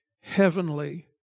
heavenly